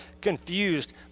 confused